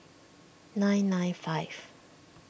nine nine five